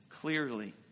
clearly